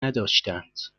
نداشتند